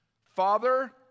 Father